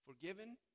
forgiven